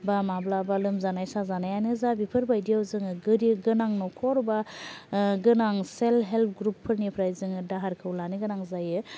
बा माब्लाबा लोमजानाय साजानायानो जा बेफोर बायदियाव जोङो गोरि गोनां न'खर बा गोनां सेल्फ हेल्प ग्रुपफोरनिफ्राय जोङो दाहारखौ लानो गोनां जायो